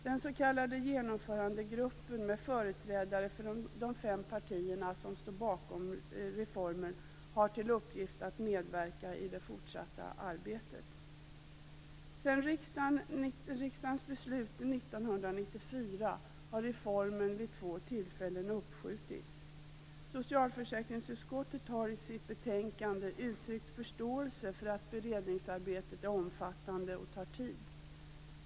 Den s.k. genomförandegruppen, med företrädare för de fem partier som står bakom reformen, har till uppgift att medverka i det fortsatta arbetet. Sedan riksdagens beslut 1994 har reformen vid två tillfällen uppskjutits. Socialförsäkringsutskottet har i sitt betänkande uttryckt förståelse för att beredningsarbetet är omfattande och tar tid.